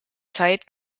zeit